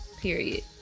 period